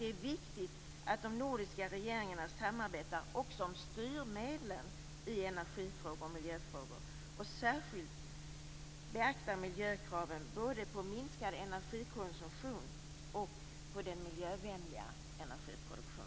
Det är viktigt att de nordiska regeringarna samarbetar också om styrmedlen på energi och miljöområdet och att man särskilt beaktar kraven på minskad energikonsumtion och på miljövänlig energiproduktion.